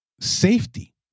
safety